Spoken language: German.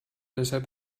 deshalb